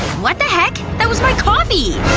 what the heck! that was my coffee!